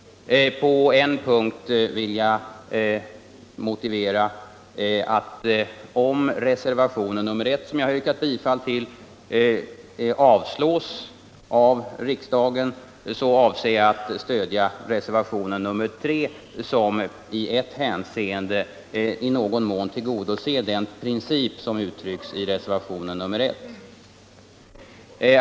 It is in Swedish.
Om reservationen 1, som jag har yrkat bifall till, avslås av riksdagen, avser jag att stödja reservationen 3, som i ett hänseende i någon mån tillgodoser den princip som uttrycks i reservationen 1.